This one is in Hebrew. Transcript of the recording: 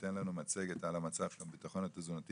שייתן לנו מצגת על המצב של הביטחון התזונתי.